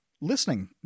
Listening